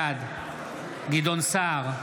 בעד גדעון סער,